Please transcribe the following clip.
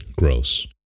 Gross